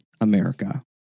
America